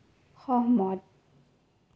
সহমত